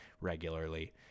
regularly